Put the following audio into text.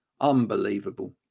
Unbelievable